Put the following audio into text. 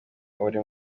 buri